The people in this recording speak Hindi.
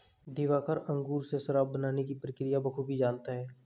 दिवाकर अंगूर से शराब बनाने की प्रक्रिया बखूबी जानता है